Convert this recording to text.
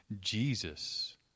Jesus